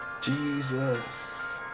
Jesus